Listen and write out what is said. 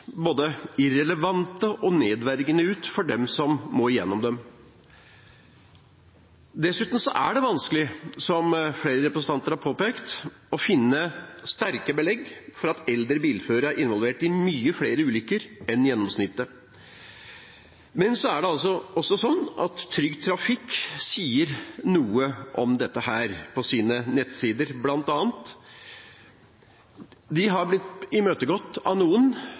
både irrelevante og nedverdigende for dem som må gjennom dem. Dessuten er det vanskelig, som flere representanter har påpekt, å finne sterke belegg for at eldre bilførere er involvert i mange flere ulykker enn gjennomsnittet. Men det er altså sånn at Trygg Trafikk sier noe om dette, på sine nettsider bl.a. Det har blitt imøtegått av noen,